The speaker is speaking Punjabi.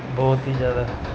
ਬਹੁਤ ਹੀ ਜ਼ਿਆਦਾ